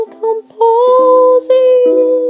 composing